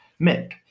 Mick